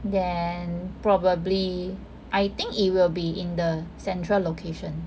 then probably I think it will be in the central location